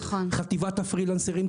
חטיבת הפרילנסרים,